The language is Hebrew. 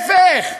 להפך.